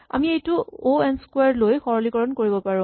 আমি এইটো O N square লৈ সৰলীকৰণ কৰিব পাৰো